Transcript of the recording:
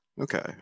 Okay